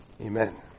Amen